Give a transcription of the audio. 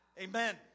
amen